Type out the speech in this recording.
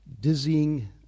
dizzying